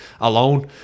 Alone